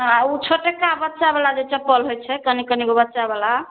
हँ उ छोटका बच्चावला जे चप्पल होइ छै कनी कनी गो बच्चावला